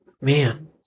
Man